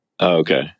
Okay